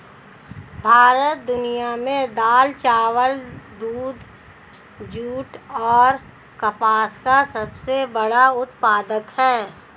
भारत दुनिया में दाल, चावल, दूध, जूट और कपास का सबसे बड़ा उत्पादक है